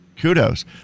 Kudos